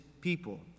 people